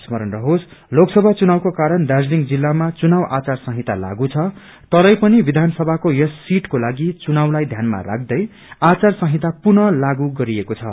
स्मरण रहोस लोकसभा चुनावको कारण दार्जीलिङ जिल्लामा चुनाव आचवार संहिता लागू छ तरैपनि विधानसभाको यस सिटको लागि चुनावलाई ध्यानमा राख्दै आचार संहिता पुनः लागू गरिएको छ